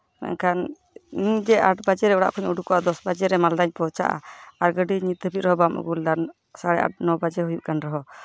ᱢᱮᱱᱠᱷᱟᱱ ᱤᱧ ᱡᱮ ᱟᱴ ᱵᱟᱡᱮ ᱚᱲᱟᱜ ᱠᱷᱚᱡ ᱤᱧ ᱩᱰᱩᱠᱜᱼᱟ ᱫᱚᱥ ᱵᱟᱡᱮ ᱨᱮ ᱢᱟᱞᱫᱟᱧ ᱯᱳᱣᱪᱷᱟᱜᱼᱟ ᱟᱨ ᱜᱟᱹᱰᱤ ᱱᱤᱛ ᱫᱷᱟᱹᱵᱤᱡ ᱨᱮᱦᱚᱸ ᱵᱟᱢ ᱟᱹᱜᱩ ᱞᱮᱫᱟ ᱥᱟᱲᱮ ᱟᱴ ᱱᱚ ᱵᱟᱡᱮ ᱦᱩᱭᱩᱜ ᱠᱟᱱ ᱨᱮᱦᱚᱸ